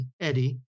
Eddie